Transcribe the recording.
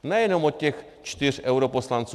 Ne jenom od těch čtyř europoslanců.